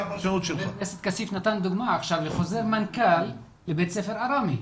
חבר הכנסת כסיף נתן דוגמא עכשיו לחוזר מנכ"ל לגבי בית ספר ארמי.